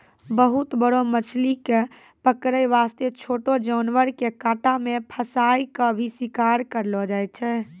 बहुत बड़ो मछली कॅ पकड़ै वास्तॅ छोटो जानवर के कांटा मॅ फंसाय क भी शिकार करलो जाय छै